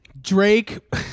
Drake